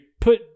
put